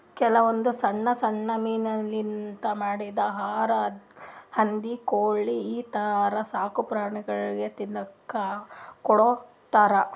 ಕೆಲವೊಂದ್ ಸಣ್ಣ್ ಸಣ್ಣ್ ಮೀನಾಲಿಂತ್ ಮಾಡಿದ್ದ್ ಆಹಾರಾ ಹಂದಿ ಕೋಳಿ ಈಥರ ಸಾಕುಪ್ರಾಣಿಗಳಿಗ್ ತಿನ್ನಕ್ಕ್ ಕೊಡ್ತಾರಾ